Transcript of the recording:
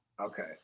Okay